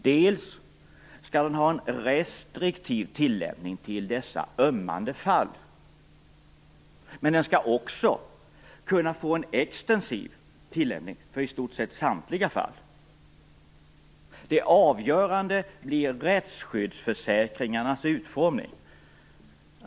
Dels skall den ha en restriktiv tillämpning i ömmande fall, dels skall den kunna få en extensiv tillämpning för i stort sett samtliga fall. Det avgörande blir rättsskyddsförsäkringarnas utformning.